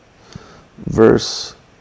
verse